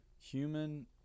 human